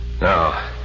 Now